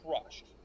crushed